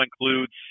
includes